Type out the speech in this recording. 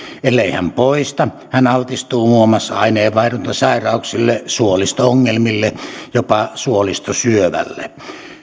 ellei hän poista hän altistuu muun muassa aineenvaihduntasairauksille suolisto ongelmille jopa suolistosyövälle